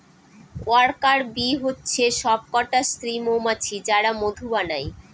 worker bee হচ্ছে সবকটা স্ত্রী মৌমাছি যারা মধু বানায়